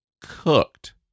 cooked